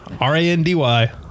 R-A-N-D-Y